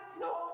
no